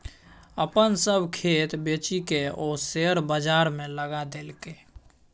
अपन सभ खेत बेचिकए ओ शेयर बजारमे लगा देलकै